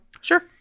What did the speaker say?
Sure